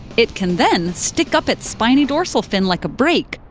it can then stick up its spiny dorsal fin like a brake,